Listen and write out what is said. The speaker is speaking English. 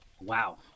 Wow